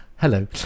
hello